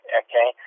okay